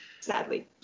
Sadly